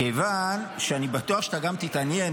מכיוון שאני בטוח שאתה גם תתעניין,